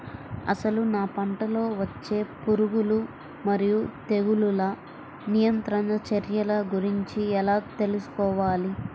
అసలు నా పంటలో వచ్చే పురుగులు మరియు తెగులుల నియంత్రణ చర్యల గురించి ఎలా తెలుసుకోవాలి?